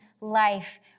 life